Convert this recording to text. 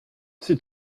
c’est